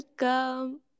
welcome